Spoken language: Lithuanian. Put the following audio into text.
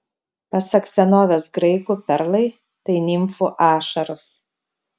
pasak senovės graikų perlai tai nimfų ašaros